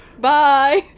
Bye